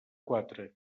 quatre